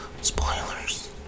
spoilers